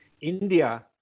India